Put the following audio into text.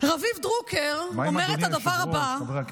רביב דרוקר אומר את הדבר הבא,